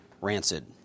rancid